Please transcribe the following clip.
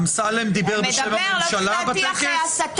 אמסלם דיבר בשם הממשלה בטקס?